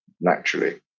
naturally